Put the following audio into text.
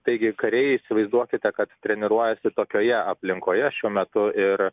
taigi kariai įsivaizduokite kad treniruojasi tokioje aplinkoje šiuo metu ir